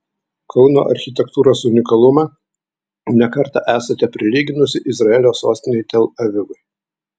kauno architektūros unikalumą ne kartą esate prilyginusi izraelio sostinei tel avivui